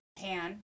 Pan